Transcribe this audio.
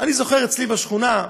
אני זוכר אצלי בשכונה,